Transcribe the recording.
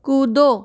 कूदो